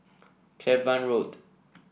Cavan Road